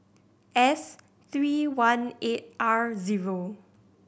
S three one eight R zero